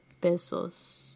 pesos